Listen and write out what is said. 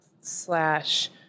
slash